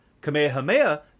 Kamehameha